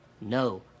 No